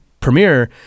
premiere